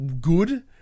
good